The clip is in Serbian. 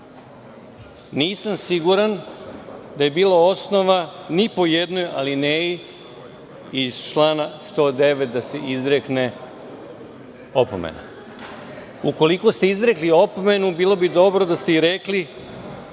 siguran da je bilo osnova ni po jednoj alineji iz člana 109. da se izrekne opomena. Ukoliko ste izrekli opomenu, bilo bi dobro i da ste rekli